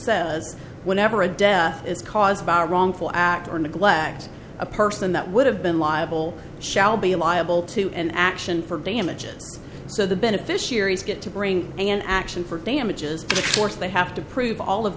says whenever a death is caused by a wrongful act or neglect a person that would have been liable shall be liable to an action for damages so the beneficiaries get to bring an action for damages force they have to prove all of